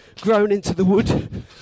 grown-into-the-wood